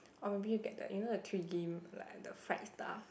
or maybe you get the you know the twigim like the fried stuff